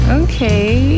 okay